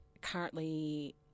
currently